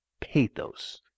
pathos